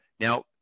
Now